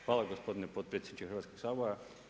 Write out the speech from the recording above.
Hvala gospodine potpredsjedniče Hrvatskog sabora.